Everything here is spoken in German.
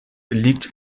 liegt